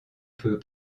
peu